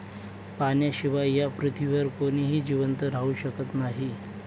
पाण्याशिवाय या पृथ्वीवर कोणीही जिवंत राहू शकत नाही